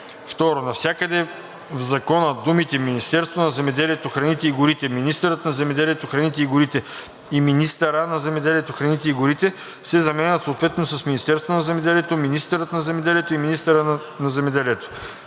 2. Навсякъде в закона думите „Министерството на земеделието, храните и горите“, „министърът на земеделието, храните и горите“ и „министъра на земеделието, храните и горите“ се заменят съответно с „Министерството на земеделието“, „министърът на земеделието“ и „министъра на земеделието“.“